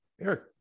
Eric